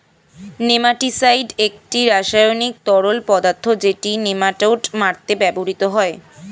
nematicide একটি রাসায়নিক তরল পদার্থ যেটি নেমাটোড মারতে ব্যবহৃত হয়